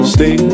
Stay